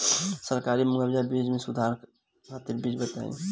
सरकारी मुहैया बीज में सुधार खातिर उपाय बताई?